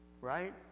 right